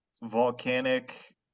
volcanic